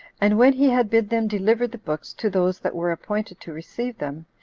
and when he had bid them deliver the books to those that were appointed to receive them,